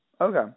Okay